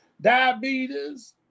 diabetes